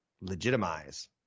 legitimize